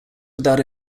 without